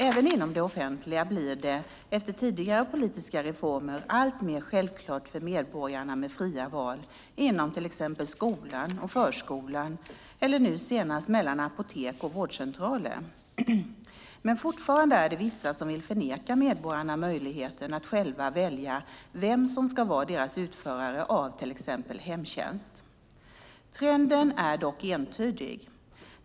Även inom det offentliga blir det, efter tidigare politiska reformer, alltmer självklart för medborgarna med fria val inom till exempel skolan och förskolan eller nu senast mellan apotek och vårdcentraler. Men fortfarande är det vissa som vill förneka medborgarna möjligheten att själva välja vem som ska vara deras utförare av till exempel hemtjänst. Trenden är dock entydig.